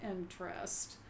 interest